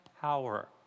power